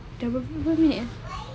dengan full~ fully